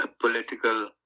political